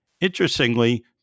Interestingly